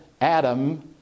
Adam